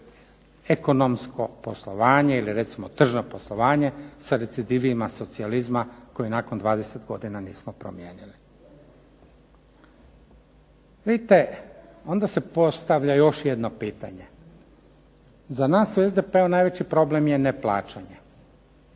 ekonomsko poslovanje ili recimo tržno poslovanje sa recidivima socijalizma koji nakon 20 godina nismo promijenili. Vidite onda se postavlja još jedno pitanje, za nas u SDP-u najveći problem je neplaćanje,